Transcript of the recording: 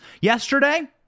yesterday